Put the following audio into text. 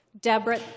Deborah